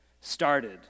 started